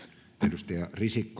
arvoisa